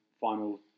final